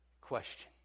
question